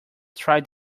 try